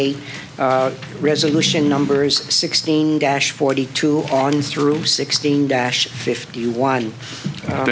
eight resolution numbers sixteen dash forty two on through sixteen dash fifty one